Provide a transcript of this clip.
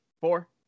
four